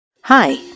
Hi